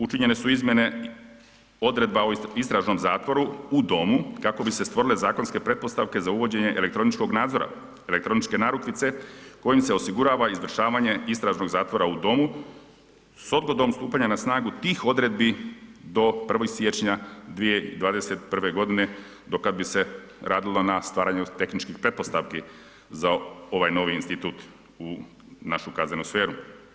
Učinjene su izmjene odredba o istražnom zatvoru u domu kako bi se stvorile zakonske pretpostavke za uvođenje elektroničkog nadzora, elektroničke narukvice kojom se osigurava izvršavanje istražnog zatvora u domu s odgodom stupanja na snagu tih odredbi do 1. siječnja 2021. g. do kad bi se radilo na stvaranju tehničkih pretpostavki za ovaj novi institut u našu kaznenu sferu.